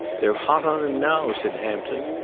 they're hot on him now, said hampton.